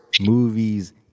movies